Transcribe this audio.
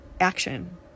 action